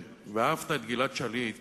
ואהבת את גלעד שליט